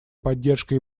поддержка